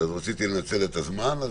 אז רציתי לנצל את הזמן.